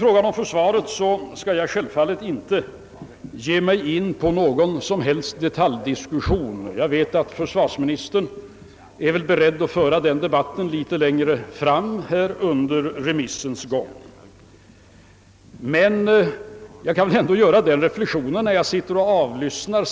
När det gäller försvaret skall jag självfallet inte ge mig in på någon som helst detaljdiskussion. Jag vet att försvarsministern är beredd att ta upp en sådan debatt litet längre fram under remissdebatten. Men jag vill göra en reflexion i sammanhanget.